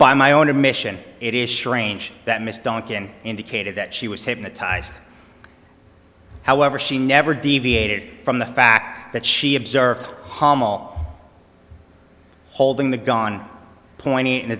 by my own admission it is sure ange that miss duncan indicated that she was hypnotized however she never deviated from the fact that she observed hommel holding the gun pointing in the